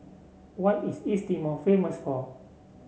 what is East Timor famous for